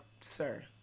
sir